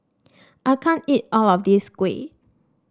I can't eat all of this Kuih